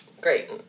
Great